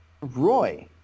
Roy